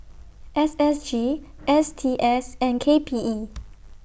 S S G S T S and K P E